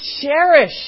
cherish